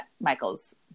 Michael's